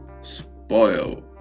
spoil